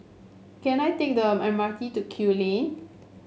can I take the M R T to Kew Lane